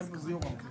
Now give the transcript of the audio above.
זוהי שאלה של מדיניות.